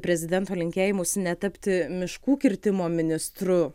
prezidento linkėjimus netapti miškų kirtimo ministru